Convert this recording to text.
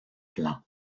plans